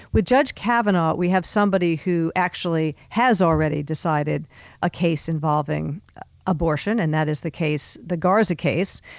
with judge kavanaugh, we have somebody who actually has already decided a case involving abortion and that is the case, the garza case,